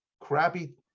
Crappy